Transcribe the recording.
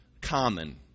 common